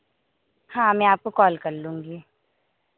हाँ मैं आपको कॉल कर लूँगी